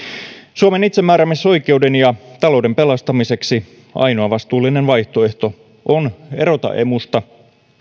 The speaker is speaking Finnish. suomen itsemääräämisoikeuden ja talouden pelastamiseksi ainoa vastuullinen vaihtoehto on erota emusta